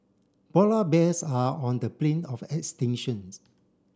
polar bears are on the brink of extinctions